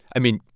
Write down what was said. i mean,